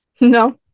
no